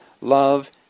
love